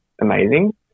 amazing